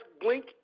blink